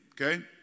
Okay